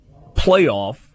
playoff